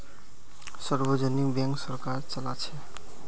सार्वजनिक बैंक सरकार चलाछे